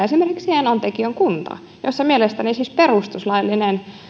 esimerkiksi enontekiön kunnassa tällä hetkellä mielestäni siis perustuslaillinen